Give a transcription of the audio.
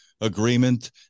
agreement